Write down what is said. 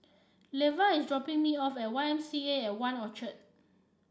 Leva is dropping me off at Y M C A At One Orchard